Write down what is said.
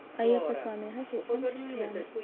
अय्यप्पस्वामिनः चित्रं चित्रयामि